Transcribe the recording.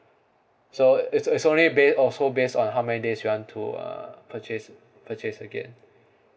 so it's it's only base also base on how many days you want to uh purchase purchase again